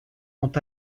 ont